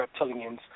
reptilians